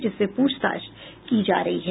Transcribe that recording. जिससे पूछताछ की जा रही है